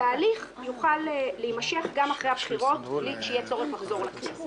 וההליך יוכל להימשך גם אחרי הבחירות בלי שיהיה צורך לחזור לכנסת.